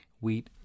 wheat